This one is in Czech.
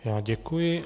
Já děkuji.